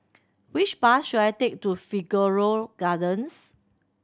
which bus should I take to Figaro Gardens